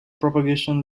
propagation